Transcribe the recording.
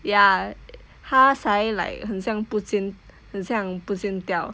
ya 他 suddenly like 很像不见很像不见掉